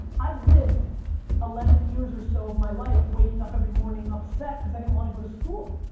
i lived eleven years or so of my life waking up every morning up sick because i didn't want to go to school.